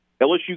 LSU